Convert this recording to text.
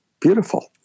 Beautiful